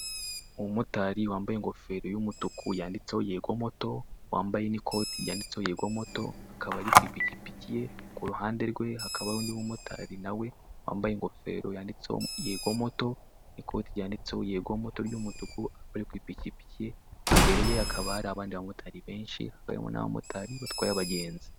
Umumotari wambaye ingofero y'umutuku yanditseho yego moto wambaye n'ikoti ry'anditseho yego moto akaba ari ku ipikipiki ye ku ruhande rwe hakabaho undi mumotari nawe wambaye ingofero yanditseho yego moto ikote ry'anditseho yego moto ry'umutuku akaba ari ku ipikipiki ye imbere hakaba hari abandi bamotari benshi hakaba harimo n'abamotari batwaye abagenzi.